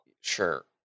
Sure